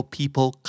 people